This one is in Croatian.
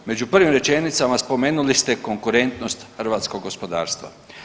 Među prvim rečenicama spomenuli ste konkurentnost hrvatskog gospodarstva.